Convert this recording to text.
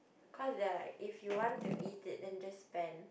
because they're like if you want to eat it then just spend